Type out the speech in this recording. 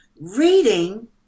reading